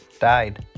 died